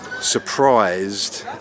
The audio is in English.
surprised